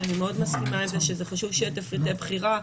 שאני מסכימה עם זה שחשוב שיהיו תפריטי בחירה,